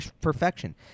perfection